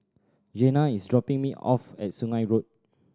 Jena is dropping me off at Sungei Road